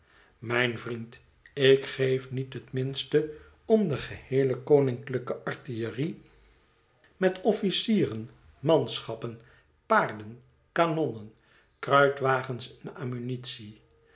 mijn vriend ik geef niet het minste om de geheele koninklijke artillerie met officieren manschappen paarden kanonnen kruitwagens en ammunitie